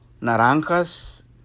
naranjas